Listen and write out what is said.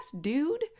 dude